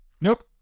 Nope